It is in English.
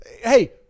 hey